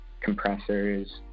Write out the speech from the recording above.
compressors